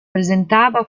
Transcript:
presentava